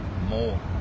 more